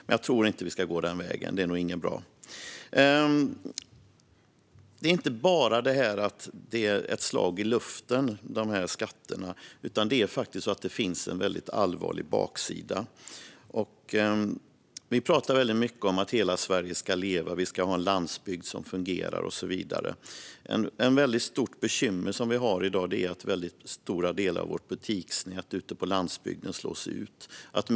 Men jag tror inte att vi ska gå den vägen. Den är nog inte särskilt bra. De här skatterna är inte bara ett slag i luften. Det finns en allvarlig baksida. Vi pratar mycket om att hela Sverige ska leva, att vi ska ha en landsbygd som fungerar och så vidare. Ett stort bekymmer i dag är att stora delar av butiksnätet ute på landsbygden slås ut.